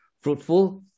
fruitful